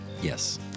Yes